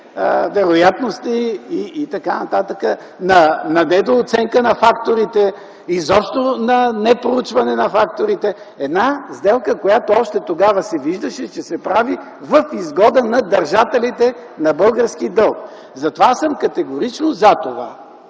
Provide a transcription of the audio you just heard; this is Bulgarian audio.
вероятности, на недооценка на факторите, изобщо непроучване на факторите. Една сделка, която още тогава се виждаше, че се прави в изгода на държателите на български дълг. Аз съм категорично за това